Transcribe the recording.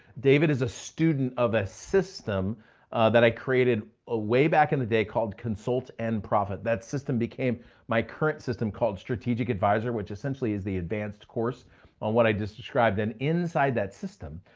david is a student of a system that i created a way back in the day called consult and profit. that system became my current system called strategic advisor, which essentially is the advanced course on what i just described. and inside that system,